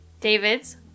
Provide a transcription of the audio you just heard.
David's